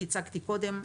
שהצגתי קודם,